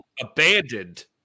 abandoned